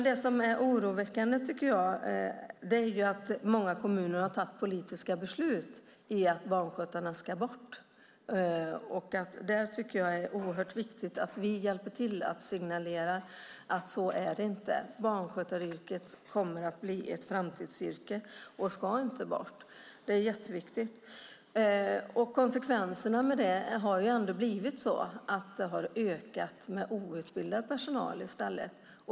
Det som är oroväckande är att många kommuner har fattat politiska beslut att barnskötarna ska bort. Det är oerhört viktigt att vi hjälper till att signalera att det inte ska vara så. Barnskötaryrket kommer att bli ett framtidsyrke och ska inte bort. Det är viktigt. Konsekvenserna har blivit att mängden outbildad personal har ökat.